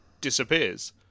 disappears